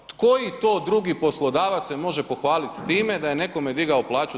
Koji to drugi poslodavac se može pohvaliti s time da je nekome digao plaću 20%